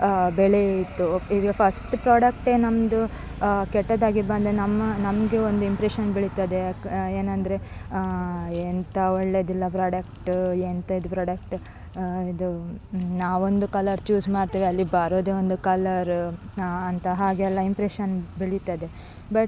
ಬೆಳೆಯಿತು ಈಗ ಫಸ್ಟ್ ಪ್ರಾಡಕ್ಟೇ ನಮ್ಮದು ಕೆಟ್ಟದಾಗಿ ಬಂದರೆ ನಮ್ಮ ನಮ್ಗೆ ಒಂದು ಇಂಪ್ರೆಷನ್ ಬೆಳಿತದೆ ಯಾಕೆ ಏನೆಂದ್ರೆ ಎಂಥ ಒಳ್ಳೆಯದಿಲ್ಲ ಪ್ರಾಡಕ್ಟ್ ಎಂಥ ಇದು ಪ್ರಾಡಕ್ಟ್ ಇದು ನಾವೊಂದು ಕಲರ್ ಚೂಸ್ ಮಾಡ್ತೇವೆ ಅಲ್ಲಿ ಬರೋದೆ ಒಂದು ಕಲರ್ ಅಂತ ಹಾಗೆಲ್ಲ ಇಂಪ್ರೆಷನ್ ಬೆಳಿತದೆ ಬಟ್